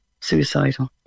suicidal